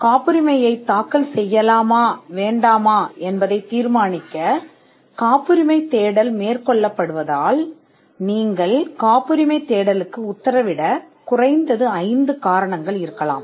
காப்புரிமையை தாக்கல் செய்யலாமா இல்லையா என்பதை தீர்மானிக்க காப்புரிமை தேடல் மேற்கொள்ளப்படுவதால் நீங்கள் காப்புரிமை தேடலுக்கு உத்தரவிட ஏன் குறைந்தது 5 காரணங்கள் இருக்கலாம்